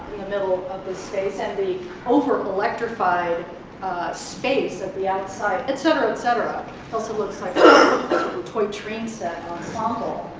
the middle of the space and the over-electrified space of the outside, et cetera, et cetera. it also looks like a toy train set ensemble.